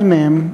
אחד מהם,